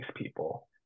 people